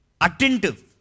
attentive